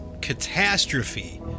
catastrophe